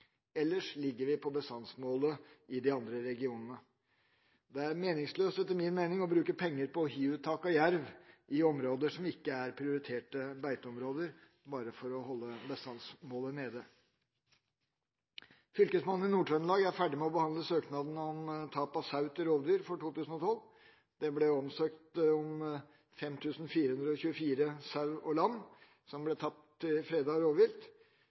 Ellers ligger vi på bestandsmålet i de andre regionene. Det er etter min mening meningsløst å bruke penger på hiuttak av jerv i områder som ikke er prioriterte beiteområder, bare for å holde bestandsmålet nede. Fylkesmannen i Nord-Trøndelag er ferdig med å behandle søknadene om tap av sau til rovdyr for 2012. Det ble søkt om totalt 5 424 sau og lam som tapt til fredet rovvilt.